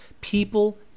People